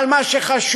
אבל מה שחשוב,